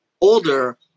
older